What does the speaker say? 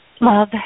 Love